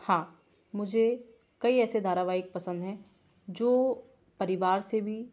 हाँ मुझे कई सारे ऐसे धारावाहिक पसंद हैं जो परिवार से भी